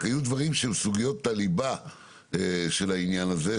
רק היו דברים שהם סוגיות הליבה של העניין הזה,